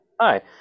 Hi